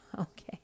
Okay